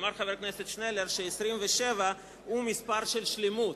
אמר חבר הכנסת שנלר ש-27 הוא מספר של שלמות.